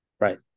right